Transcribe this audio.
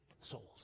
souls